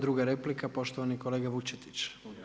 Druga replika poštovani kolega Vučetić.